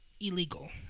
illegal